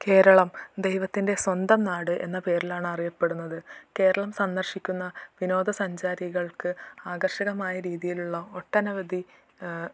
കേരളം ദൈവത്തിൻ്റെ സ്വന്തം നാട് എന്ന പേരിലാണറിയപ്പെടുന്നത് കേരളം സന്ദർശിക്കുന്ന വിനോദസഞ്ചാരികൾക്ക് ആകർഷകമായ രീതിയിലുള്ള ഒട്ടനവധി